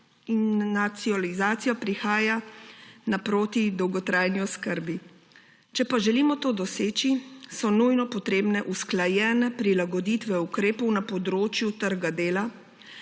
deinstitualizacijo prihaja naproti dolgotrajni oskrbi. Če pa želimo to doseči, so nujno potrebne usklajene prilagoditve ukrepov na področju trga dela,